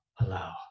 allow